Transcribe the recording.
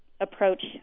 approach